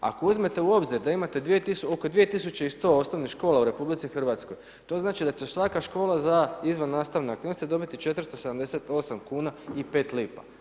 Ako uzmete u obzir da imate oko 2 tisuće i 100 osnovnih škola u RH to znači da će svaka škola za izvannastavne aktivnosti dobiti 478 kuna i 5 lipa.